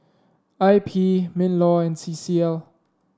I P Minlaw and C C L